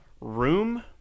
Room